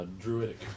Druidic